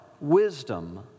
wisdom